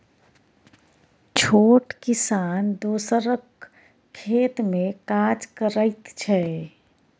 छोट किसान दोसरक खेत मे काज करैत छै